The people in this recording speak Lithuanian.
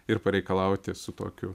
ir pareikalauti su tokiu